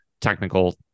technical